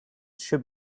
should